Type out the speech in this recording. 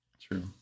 True